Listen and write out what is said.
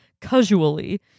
casually